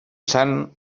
sant